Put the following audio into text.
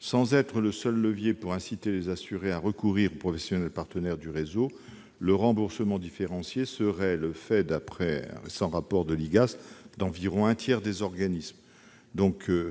Sans être le seul levier pour inciter les assurés à recourir aux professionnels partenaires du réseau, le remboursement différencié serait le fait, d'après un récent rapport de l'IGAS, l'Inspection générale des affaires sociales, d'environ un tiers des organismes.